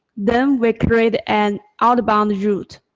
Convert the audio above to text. then we create an outbound route,